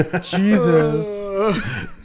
Jesus